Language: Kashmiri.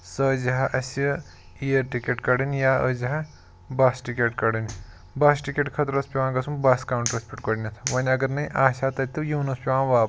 سۄ ٲسۍ زِہا اسہِ اِیر ٹِکیٚٹ کَڑٕنۍ یا ٲسۍ زِہا بَس ٹِکیٚٹ کَڑٕنۍ بَس ٹِکیٚٹ خٲطرٕ اوٗس پیٚوان گژھُن بَس کانٛوٹرَس پٮ۪ٹھ گۄڈٕنیٚتھ وۄنۍ اَگر نے آسہِ ہا تَتہِ تہٕ یُن اوٗس پیٚوان واپَس